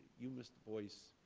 you, mr. boyce,